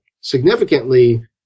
significantly